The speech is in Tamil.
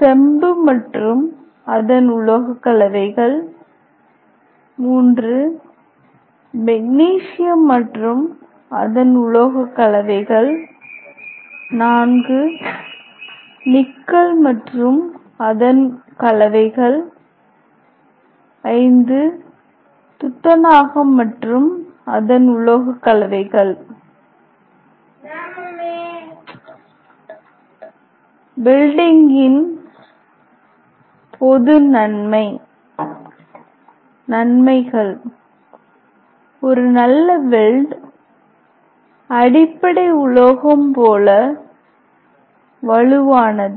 செம்பு மற்றும் அதன் உலோகக்கலவைகள் iii மெக்னீசியம் மற்றும் அதன் உலோகக்கலவைகள் iv நிக்கல் மற்றும் அதன் கலவைகள் v துத்தநாகம் மற்றும் அதன் உலோகக்கலவைகள் வெல்டிங்கின் பொது நன்மை நன்மைகள் ஒரு நல்ல வெல்ட் அடிப்படை உலோகம் போல வலுவானது